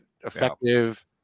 Effective